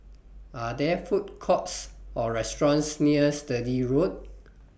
Are There Food Courts Or restaurants near Sturdee Road